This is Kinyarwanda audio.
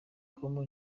com